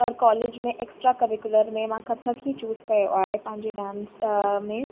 पर कॉलेज में extra curricular में मां कथक ही चूस कयो आहे पंहिंजे डांस में